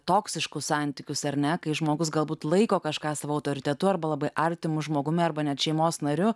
toksiškus santykius ar ne kai žmogus galbūt laiko kažką savo autoritetu arba labai artimu žmogumi arba net šeimos nariu